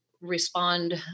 respond